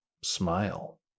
smile